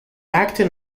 actin